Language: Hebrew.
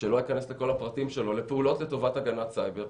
שלא אכנס לכל הפרטים שלו לפעולות לטובת הגנת סייבר.